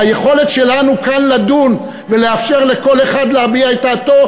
והיכולת שלנו כאן לדון ולאפשר לכל אחד להביע את דעתו,